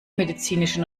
medizinische